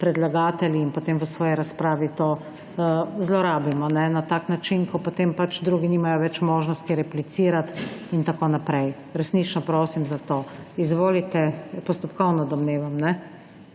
predlagatelji in potem v svoji razpravi to zlorabimo na tak način, ko potem pač drugi nimajo več možnosti replicirati in tako naprej. Resnično prosim za to. Izvolite. Postopkovno, domnevam,